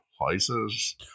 places